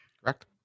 Correct